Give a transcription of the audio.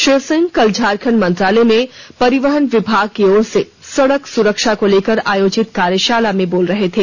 श्री सिंह कल झारखंड मंत्रालय में परिवहन विभाग की ओर से सड़क सुरक्षा को लेकर आयोजित कार्यशाला में बोल रहे थे